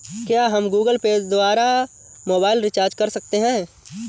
क्या हम Google Pay द्वारा मोबाइल रिचार्ज कर सकते हैं?